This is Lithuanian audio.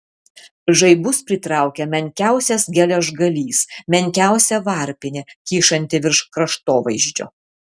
žaibus pritraukia menkiausias geležgalys menkiausia varpinė kyšanti virš kraštovaizdžio